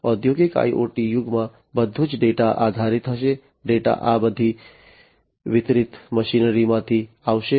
ઔદ્યોગિક IoT યુગમાં બધું જ ડેટા આધારિત હશે ડેટા આ બધી વિતરિત મશીનરીમાંથી આવશે